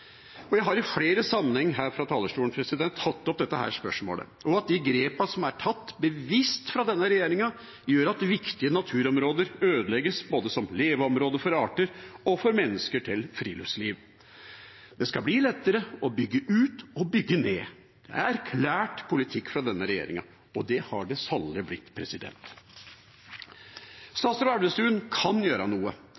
Jeg har i flere sammenhenger her fra talerstolen tatt opp dette spørsmålet, og at de grepene som bevisst er tatt fra denne regjeringa, gjør at viktige naturområder ødelegges, både som leveområder for arter og til friluftsliv for mennesker. Det skal bli lettere å bygge ut og bygge ned, det er erklært politikk fra denne regjeringa, og det har det sannelig blitt.